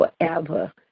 forever